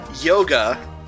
Yoga